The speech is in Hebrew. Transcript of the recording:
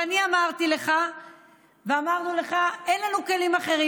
ואמרנו לך: אין לנו כלים אחרים.